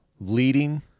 leading